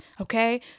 Okay